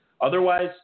Otherwise